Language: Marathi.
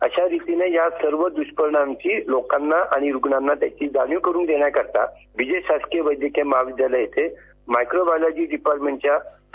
अशारितीने या दुष्परिणांची लोकांना आणि रुग्णांना त्याची जाणीव करुन देण्याकरिता बी जे शासकीय वैद्यकीय महाविद्यालय मायक्रोबायोलॉजी डिपार्टमेंटच्या डॉ